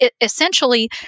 essentially